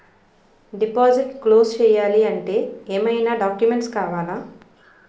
Deposit close చేయాలి అంటే ఏమైనా డాక్యుమెంట్స్ కావాలా?